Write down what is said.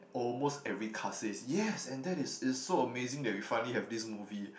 almost every cast says yes and that is it's so amazing that we finally have this movie